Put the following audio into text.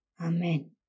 Amen